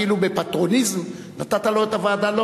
כאילו בפטרוניזם נתת לו את הוועדה.